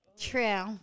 True